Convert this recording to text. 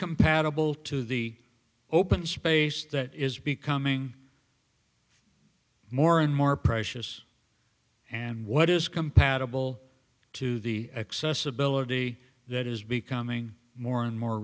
compatible to the open space that is becoming more and more precious and what is compatible to the accessibility that is becoming more and more